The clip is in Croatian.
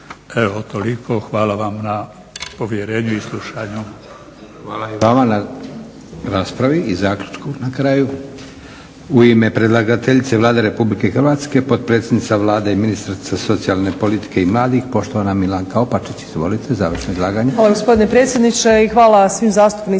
Evo toliko, hvala vam na povjerenju i slušanju.